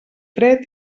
fred